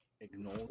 Ignore